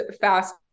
fast